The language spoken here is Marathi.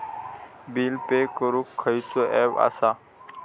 बिल पे करूक खैचो ऍप असा?